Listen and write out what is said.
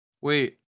Wait